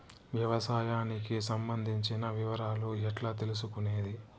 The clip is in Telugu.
వ్యవసాయానికి సంబంధించిన వివరాలు ఎట్లా తెలుసుకొనేది?